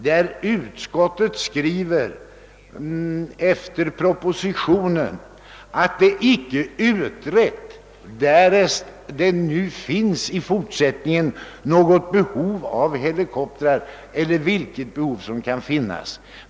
Det heter i utlåtandet, med utgångspunkt från propositionen, att det icke är utrett huruvida det i fortsättningen finns något behov av helikoptrar eller vilket behov som kan finnas.